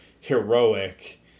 heroic